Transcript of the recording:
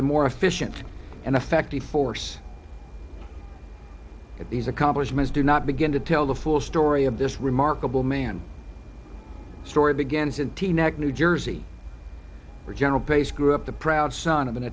a more efficient and effective force at these accomplishments do not begin to tell the full story of this remarkable man story begins in teaneck new jersey where general pace grew up the proud son of an